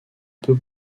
peu